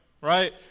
right